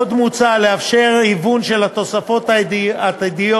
עוד מוצע לאפשר היוון של התוספות העתידיות